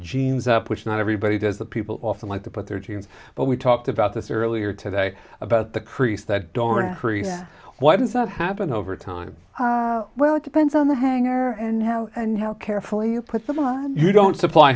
jeans up which not everybody does that people often like to put their jeans but we talked about this earlier today about the crease that dorna free why does that happen over time well it depends on the hangar and how and how carefully you put them on you don't supply